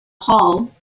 hall